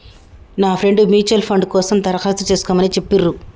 నా friend mutual fund కోసం దరఖాస్తు చేస్కోమని చెప్పిర్రు